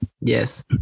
Yes